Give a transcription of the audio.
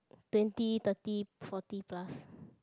twenty thirty forty plus